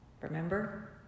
Remember